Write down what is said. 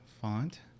font